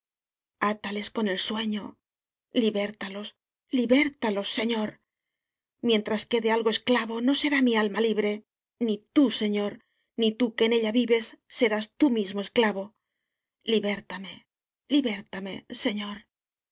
ata les con el sueño liberta los liberta los señor mientras quede algo esclavo no será mi alma libre ni tú señor ni tú que en ella vives serás tú mismo esclavo liberta me liberta me señor